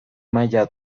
maila